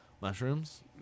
Mushrooms